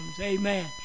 amen